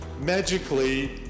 Magically